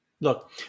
Look